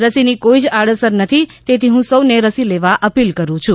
રસીની કોઈ જ આડઅસર નથી તેથી હું સૌને રસી લેવા અપીલ કરું છું